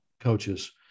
coaches